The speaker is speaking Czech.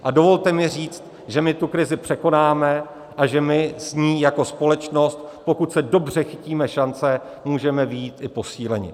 A dovolte mi říct, že my tu krizi překonáme a že my s ní jako společnost, pokud se dobře chytíme šance, můžeme vyjít i posíleni.